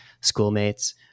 schoolmates